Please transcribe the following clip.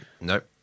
Nope